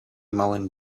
mullen